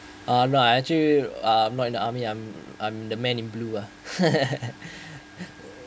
uh not uh I actually uh not in the army I'm I'm the man in blue uh